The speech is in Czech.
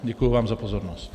Děkuji vám za pozornost.